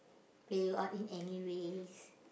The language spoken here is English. play you out in any ways